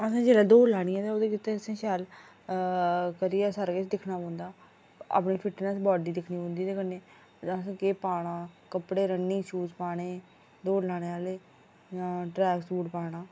असें जेल्लै दौड़ लानी ते ओह्बी शैल करियै दिक्खना पौंदा ऐ अपनी फिटनेस बॉडी दी दिक्खना पौंदी ते कन्नै असें केह् पाना कपड़े रनिंग शू पाने दौड़ लाने आह्ले ट्रैक सूट पाना